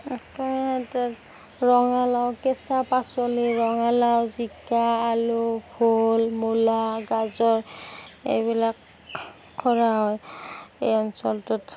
ৰঙালাও কেঁচা পাচলি ৰঙালাও জিকা আলু ভোল মূলা গাজৰ এইবিলাক কৰা হয় এই অঞ্চলটোত